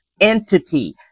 entity